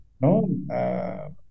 no